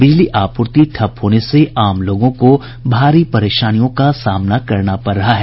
बिजली आपूर्ति ठप्प होने से आम लोगों को भारी परेशानियों का सामना करना पड़ रहा है